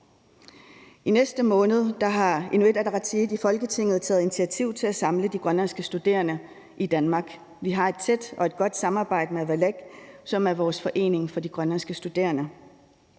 I næste måned har Inuit Ataqatigiit i Folketinget taget initiativ til at samle de grønlandske studerende i Danmark. Vi har et tæt og et godt samarbejde med Avalak, som er vores forening for de grønlandske studerende.